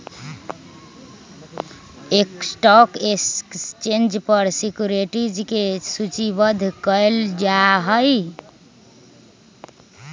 stock exchange पर securities के सूचीबद्ध कयल जाहइ